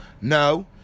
No